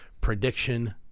prediction